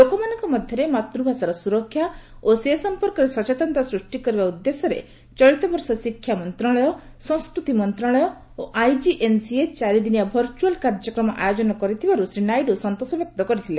ଲୋକମାନଙ୍କ ମଧ୍ୟରେ ମାତୃଭାଷାର ସୁରକ୍ଷା ଓ ସେ ସମ୍ପର୍କରେ ସଚେତନତା ସୃଷ୍ଟି କରିବା ଉଦ୍ଦେଶ୍ୟରେ ଚଳିତ ବର୍ଷ ଶିକ୍ଷା ମନ୍ତ୍ରଣାଳୟ ସଂସ୍କୃତି ମନ୍ତ୍ରଣାଳୟ ଓ ଆଇଜିଏନ୍ସିଏ ଚାରି ଦିନିଆ ଭର୍ଚୁଆଲ୍ କାର୍ଯ୍ୟକ୍ରମ ଆୟୋଜନ କର୍ଥିବାରୁ ଶ୍ରୀ ନାଇଡ଼ୁ ସନ୍ତୋଷ ବ୍ୟକ୍ତ କରିଥିଲେ